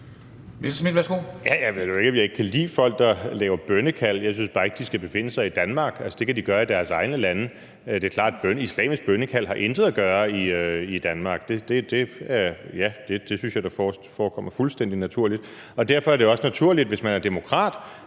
Jeg ved nu ikke, om jeg ikke kan lide folk, der laver bønnekald. Jeg synes bare ikke, de skal befinde sig i Danmark. Det kan de gøre i deres egne lande. Det er klart, at islamisk bønnekald intet har at gøre i Danmark. Det synes jeg da forekommer fuldstændig naturligt. Derfor er det også naturligt, hvis man er demokrat,